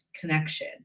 connection